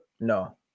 No